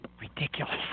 Ridiculous